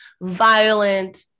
violent